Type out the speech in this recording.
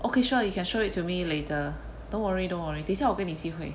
okay sure you can show it to me later don't worry don't worry 等一下我给你机会